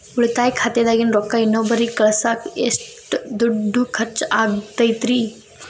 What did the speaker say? ಉಳಿತಾಯ ಖಾತೆದಾಗಿನ ರೊಕ್ಕ ಇನ್ನೊಬ್ಬರಿಗ ಕಳಸಾಕ್ ಎಷ್ಟ ದುಡ್ಡು ಖರ್ಚ ಆಗ್ತೈತ್ರಿ?